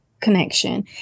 connection